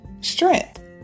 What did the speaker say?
strength